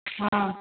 हॅं